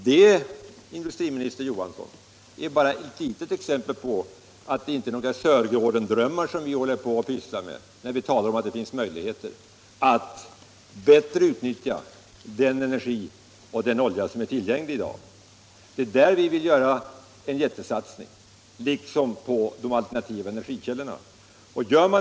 Det är, herr industriminister Johansson, bara ett litet exempel på att det inte är några Sörgårdendrömmar som sysselsätter oss när vi talar om att det finns möjligheter att bättre utnyttja den energi och den olja som är tillgänglig i dag. Det är där vi vill göra en jättesatsning, liksom på de alternativa energikällorna.